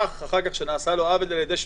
אני מנסה להסביר לכם,